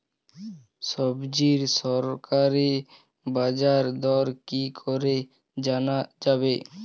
সবজির সরকারি বাজার দর কি করে জানা যাবে?